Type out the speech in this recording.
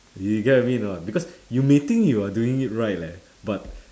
you get what I mean or not because you may think you are doing it right leh but